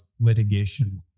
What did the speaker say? litigation